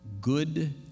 good